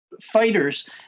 fighters